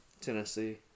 Tennessee